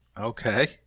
Okay